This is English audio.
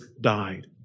died